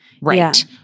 Right